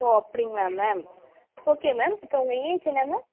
ஓ அப்படிங்களா ma'am okay ma'am இப்போ உங்கள் ஏஜ் என்ன மேம்